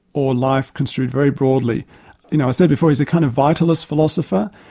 or life construed very broadly. you know i said before he's a kind of vitalist philosopher.